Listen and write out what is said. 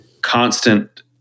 constant